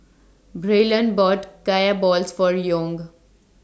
Braylon bought Kaya Balls For Young